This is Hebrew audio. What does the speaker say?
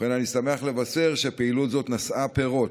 ובכן, אני שמח לבשר שפעילות זאת נשאה פירות.